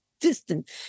distant